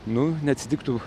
nu neatsitiktų